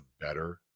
better